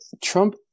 Trump